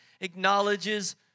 acknowledges